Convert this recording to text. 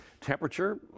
temperature